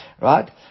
Right